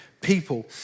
people